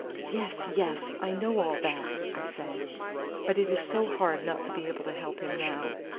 yes, yes. i know all that, i said but it is so hard not to be able to help him now.